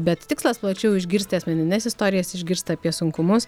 bet tikslas plačiau išgirsti asmenines istorijas išgirsti apie sunkumus